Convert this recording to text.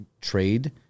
trade